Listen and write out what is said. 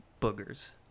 boogers